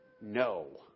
No